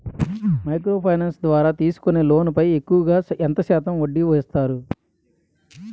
Micro finance ద్వారా తీసుకునే loan పై ఎక్కువుగా ఎంత శాతం వడ్డీ వేస్తారు?